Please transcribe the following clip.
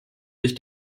sich